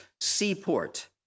seaport